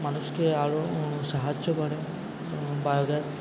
মানুষকে আরও সাহায্য করে বায়োগ্যাস